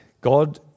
God